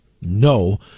no